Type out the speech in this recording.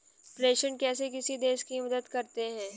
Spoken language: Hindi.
प्रेषण कैसे किसी देश की मदद करते हैं?